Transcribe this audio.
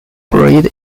buried